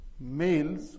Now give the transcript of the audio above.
males